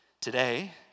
today